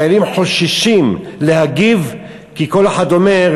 החיילים חוששים להגיב, כי כל אחד אומר,